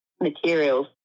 materials